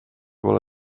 pole